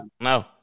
No